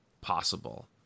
possible